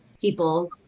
people